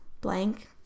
blank